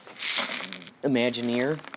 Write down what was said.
imagineer